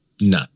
No